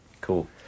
cool